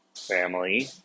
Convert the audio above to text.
family